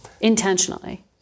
Intentionally